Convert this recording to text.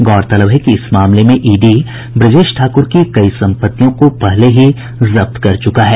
गौरतलब है कि इस मामले में ईडी ब्रजेश ठाकुर की कई संपत्तियों को पहले ही जब्त कर चुका है